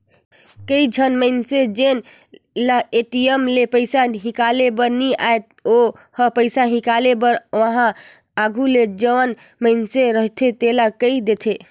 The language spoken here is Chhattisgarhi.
कइझन मनखे जेन ल ए.टी.एम ले पइसा हिंकाले बर नी आय ओ ह पइसा हिंकाले बर उहां आघु ले जउन मइनसे रहथे तेला कहि देथे